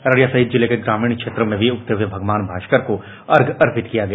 अररिया सहित जिले के ग्रामीण क्षेत्रों में भी उगते हुये भगवान भास्कर को अर्घ्य अर्पित किया गया